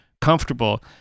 comfortable